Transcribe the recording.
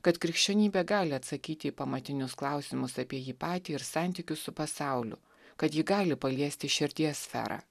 kad krikščionybė gali atsakyti į pamatinius klausimus apie jį patį ir santykius su pasauliu kad ji gali paliesti širdies sferą